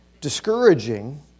discouraging